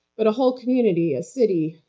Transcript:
but a whole community, a city,